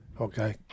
Okay